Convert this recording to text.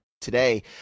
today